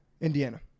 Indiana